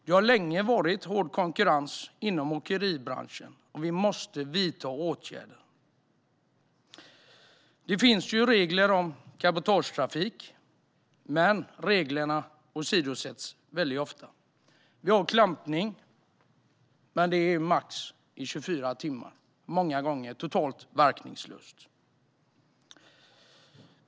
Det har länge varit hård konkurrens inom åkeribranschen, och vi måste vidta åtgärder. Det finns regler om cabotagetrafik, men reglerna åsidosätts ofta. Vi har klampning, men det är i max 24 timmar och är många gånger totalt verkningslöst.